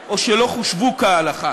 נבדקו כהלכה או שלא חושבו כהלכה.